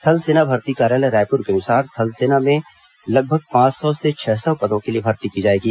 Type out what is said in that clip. थल सेना भर्ती कार्यालय रायपुर के अनुसार थल सेना में लगभग पांच सौ से छह सौ पदों के लिए भर्ती की जाएगी